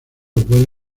puede